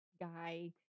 guy